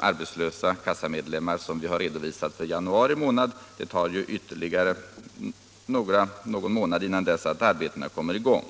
arbetslösa kassamedlemmar som redovisats för januari månad. Det tar ytterligare någon månad innan arbetena kommer i gång.